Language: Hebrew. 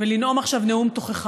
ולנאום עכשיו נאום תוכחה.